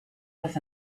was